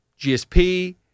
GSP